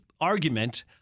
argument